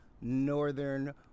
northern